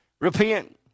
Repent